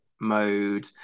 mode